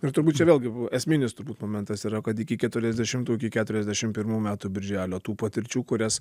ir turbūt vėlgi esminis turbūt momentas yra kad iki keturiasdešimtų iki keturiasdešim pirmų metų birželio tų patirčių kurias